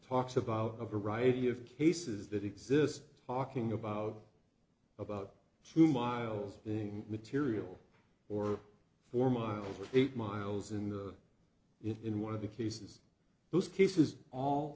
talks about a variety of cases that exist talking about about two miles being material or four miles eight miles in the in one of the cases those cases all